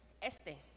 este